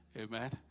Amen